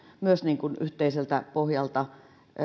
myös yhteiseltä pohjalta